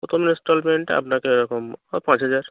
প্রথম ইনস্টলমেন্ট আপনাকে ওরকম ও পাঁচ হাজার